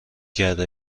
کرده